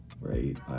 right